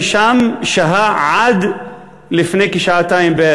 ששם שהה עד לפני כשעתיים.